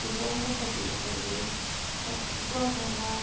ꯀꯤꯍꯣꯝꯒꯨꯝꯕꯗꯤ ꯑꯩꯈꯣꯏꯒꯤ ꯒꯣꯔꯃꯦꯟꯅ